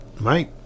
mate